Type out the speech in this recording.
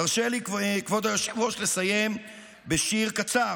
תרשה לי, כבוד היושב-ראש, לסיים בשיר קצר